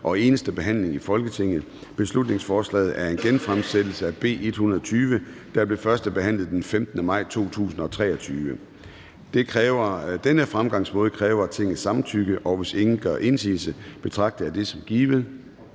og eneste behandling i Folketinget. Beslutningsforslaget er en genfremsættelse af beslutningsforslag nr. B 120, der blev førstebehandlet den 15. maj 2023. Denne fremgangsmåde kræver Tingets samtykke, og hvis ingen gør indsigelse, betragter jeg dette som givet.